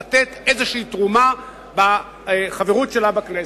לתת איזושהי תרומה בחברות שלה בכנסת.